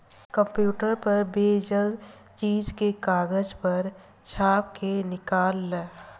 computer पर भेजल चीज के कागज पर छाप के निकाल ल